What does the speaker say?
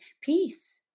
peace